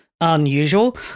unusual